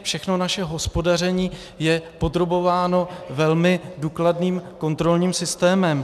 Všechno naše hospodaření je podrobováno velmi důkladným kontrolním systémem.